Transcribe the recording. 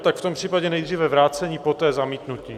Tak v tom případě nejdříve vrácení, poté zamítnutí.